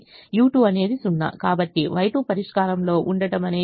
u2 అనేది 0 కాబట్టి Y2 పరిష్కారంలో ఉండటం అనేది సాధ్యమే